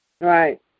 right